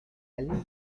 ellen